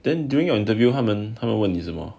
then during our interview 他们他们问你什么